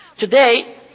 Today